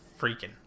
freaking